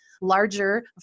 larger